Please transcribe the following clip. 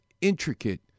intricate